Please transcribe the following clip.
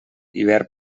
hivern